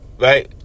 Right